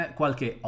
qualche